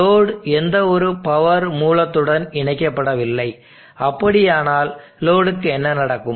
load எந்தவொரு power மூலத்துடன் இணைக்கப்படவில்லை அப்படியானால் லோடுக்கு என்ன நடக்கும்